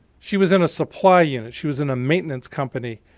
she was in a supply unit. she was in a maintenance company.